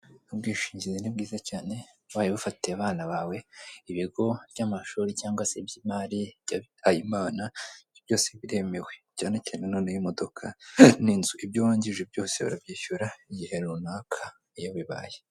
Ubwishingizi ni bwiza cyane, ubaye ubufatiye abana bawe, ibigo by'amashuri cyangwa se iby'imari, by'abihaye Imana, byose biremewe, cyane cyane noneho imodoka n'inzu, ibyo wangije byose urabyishyura, igihe runaka iyo bibaye.